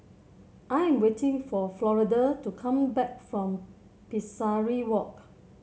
I am waiting for Florida to come back from Pesari Walk